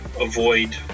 avoid